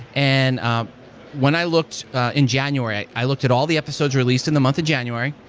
and um when i looked in january, i i looked at all the episodes released in the month of january,